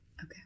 Okay